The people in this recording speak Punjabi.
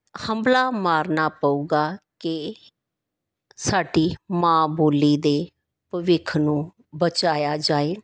ਹੰਭਲਾ ਮਾਰਨਾ ਪਵੇਗਾ ਕਿ ਸਾਡੀ ਮਾਂ ਬੋਲੀ ਦੇ ਭਵਿੱਖ ਨੂੰ ਬਚਾਇਆ ਜਾਏ